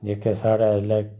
जेह्का साढ़ा इसलै